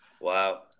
Wow